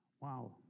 Wow